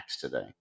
today